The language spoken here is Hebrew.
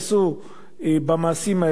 צריך להעניש אותם כדי שבסוף תהיה גם הרתעה.